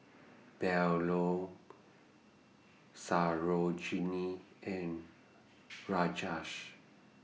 Bellur Sarojini and Rajesh